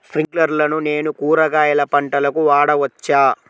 స్ప్రింక్లర్లను నేను కూరగాయల పంటలకు వాడవచ్చా?